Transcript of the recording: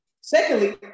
Secondly